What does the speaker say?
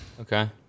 Okay